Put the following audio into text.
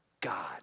God